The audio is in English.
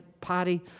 party